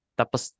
tapos